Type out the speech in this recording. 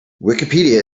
wikipedia